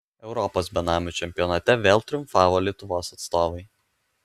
europos benamių čempionate vėl triumfavo lietuvos atstovai